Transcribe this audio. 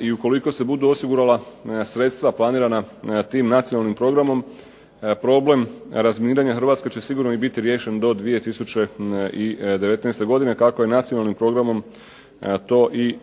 i ukoliko se budu osigurala sredstva planirana tim Nacionalnim programom problem razminiranja Hrvatske će sigurno i biti riješen do 2019. godine kako je Nacionalnim programom to i